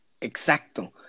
¡Exacto